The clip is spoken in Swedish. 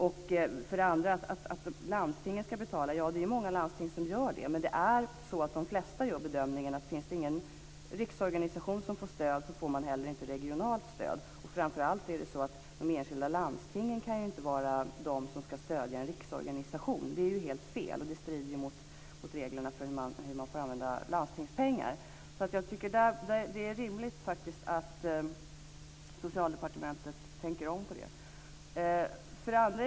Vad gäller att landstinget ska betala de här insatserna vill jag säga att många landsting också gör det men att de flesta gör den bedömningen att om det inte finns någon riksorganisation som får stöd, ger man inte heller regionalt stöd. Framför allt kan inte de enskilda landstingen stödja en riksorganisation. Det är helt fel och strider mot reglerna för hur man får använda landstingspengar. Jag tycker faktiskt att det är rimligt att Socialdepartementet tänker om i detta avseende.